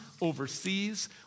overseas